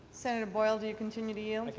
senator boyle, do you continue to yield?